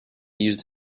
used